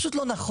פשוט לא נכון,